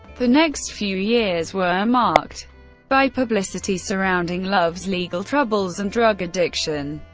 the next few years were marked by publicity surrounding love's legal troubles and drug addiction,